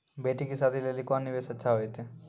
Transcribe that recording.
बेटी के शादी लेली कोंन निवेश अच्छा होइतै?